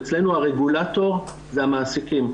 אצלנו הרגולטור זה המעסיקים.